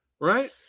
right